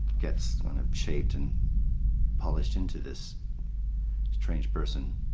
gets shaped and polished into this strange person.